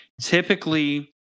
typically